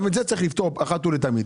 גם את זה צריך לפתור אחת ולתמיד.